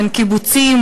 בין קיבוצים,